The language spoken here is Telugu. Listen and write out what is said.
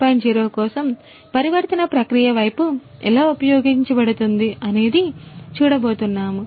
0 కోసం పరివర్తన ప్రక్రియ వైపు ఎలా ఉపయోగించబడుతుంది అనేది చూడబోతున్నాము